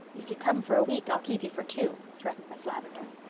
if you come for a week i'll keep you for two, threatened miss lavendar.